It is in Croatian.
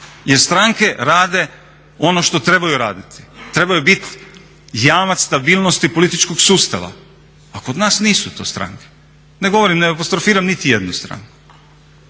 jer stranke rade ono što trebaju raditi. Trebaju bit jamac stabilnosti političkog sustava, a kod nas nisu to stranke. Ne apostrofiram niti jednu stranu.